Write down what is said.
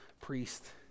priest